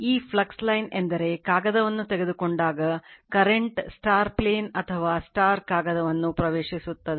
ಈ flux line ಎಂದರೆ ಕಾಗದವನ್ನು ತೆಗೆದುಕೊಂಡಾಗ ಕರೆಂಟ್ ಪ್ಲೇನ್ ಅಥವಾ ಕಾಗದವನ್ನು ಪ್ರವೇಶಿಸುತ್ತದೆ